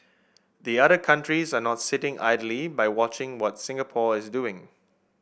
the other countries are not sitting idly by watching what Singapore is doing